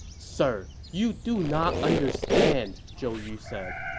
sir, you do not understand, zhou yu said.